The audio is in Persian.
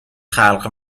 خلق